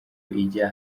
ijya